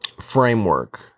framework